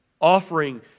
Offering